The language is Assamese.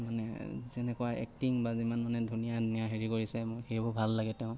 মানে যেনেকুৱা এক্টিং বা যিমান মানে ধুনীয়া ধুনীয়া হেৰি কৰিছে সেইবোৰ ভাল লাগে তেওঁক